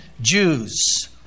Jews